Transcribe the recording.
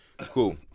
Cool